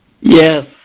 Yes